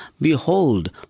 behold